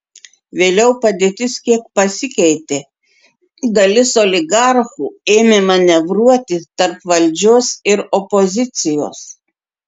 vėliau padėtis kiek pasikeitė dalis oligarchų ėmė manevruoti tarp valdžios ir opozicijos